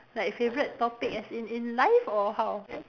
like favourite topic as in in life or how